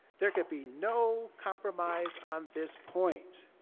there can be no compromise on this point.